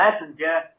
Messenger